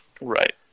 right